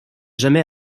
jamais